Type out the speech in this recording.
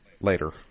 later